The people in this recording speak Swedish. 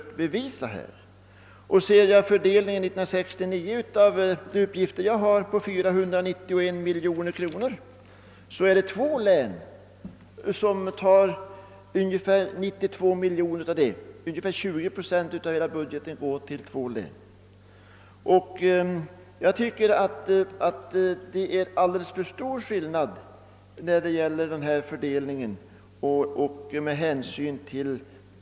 Om vi till exempel ser på anslagsfördelningen 1969, så får två län ungefär 92 miljoner kronor av ett totalt anslag på 491 miljoner. Inte mindre än 20 procent av hela anslagsbeloppet går sålunda till två län. Med hänsyn till vägarnas standard i olika län tycker jag att skillnaderna i anslagsfördelningen är alldeles för stora.